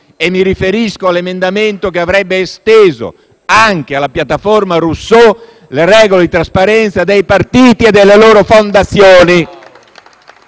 Mi riferisco alla proposta che avrebbe esteso anche alla piattaforma Rousseau le regole di trasparenza dei partiti e delle loro fondazioni.